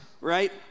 right